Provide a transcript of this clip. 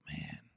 man